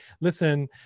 listen